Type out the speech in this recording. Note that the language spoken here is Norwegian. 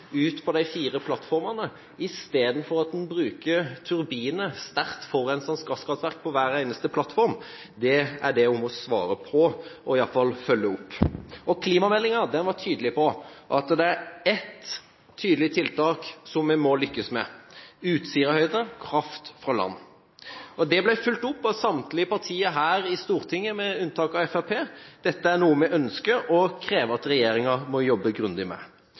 ut på de fire plattformene istedenfor at en bruker turbiner, sterkt forurensende gasskraftverk, på hver eneste plattform, er det hun må svare på og iallfall følge opp. Klimameldinga var tydelig på at det er ett tiltak som vi må lykkes med: Utsirahøyden – kraft fra land. Det ble fulgt opp av samtlige partier her i Stortinget, med unntak av Fremskrittspartiet. Dette er noe vi ønsker og krever at regjeringa jobber grundig med.